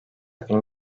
film